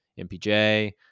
mpj